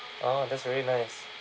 orh that's very nice